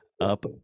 up